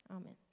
Amen